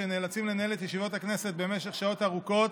שנאלצים לנהל את ישיבות הכנסת במשך שעות ארוכות,